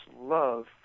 love